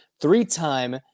three-time